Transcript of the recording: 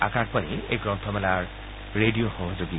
আকাশবাণী এই গ্ৰন্থমেলাৰ ৰেডিঅ সহযোগী